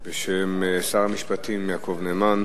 בשם שר המשפטים יעקב נאמן.